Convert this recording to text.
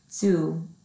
Two